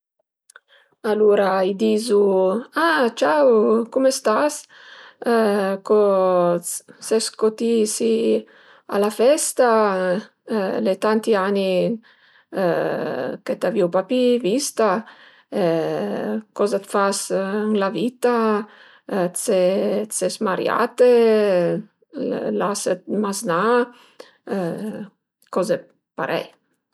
Alura i dizu: a ciau, coume stas? Co ses co ti si a la festa. Al e tanti ani che t'avìu pa pi vista, coza fas ël la vitta? Ses mariate? L'as d'maznà? Coze parei